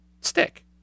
stick